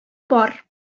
бар